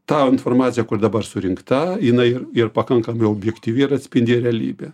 ta informacija kur dabar surinkta jinai ir pakankamai objektyvi ir atspindi realybę